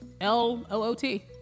L-O-O-T